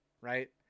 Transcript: Right